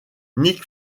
nick